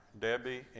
debbie